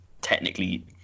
technically